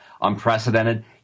unprecedented